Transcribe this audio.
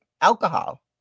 alcohol